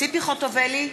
ציפי חוטובלי,